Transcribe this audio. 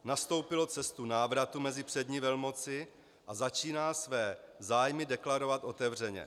Nastoupilo cestu návratu mezi přední velmoci a začíná své zájmy deklarovat otevřeně.